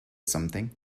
something